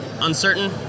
uncertain